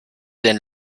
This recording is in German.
den